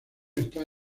está